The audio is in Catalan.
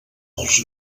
pels